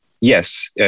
Yes